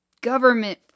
government